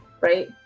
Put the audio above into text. right